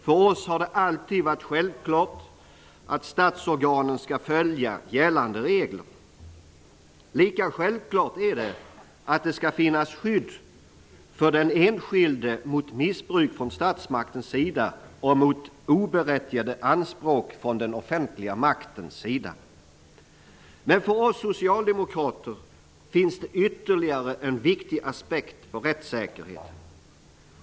För oss har det alltid varit självklart att statsorganen skall följa gällande regler. Lika självklart är det att det skall finnas skydd för den enskilde mot missbruk från statsmaktens sida och mot oberättigade anspråk från den offentliga maktens sida. Men för oss socialdemokrater finns det ytterligare en viktig aspekt på rättssäkerheten.